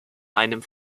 einem